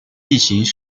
地形